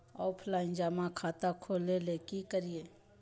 Offline जमा खाता खोले ले की करिए?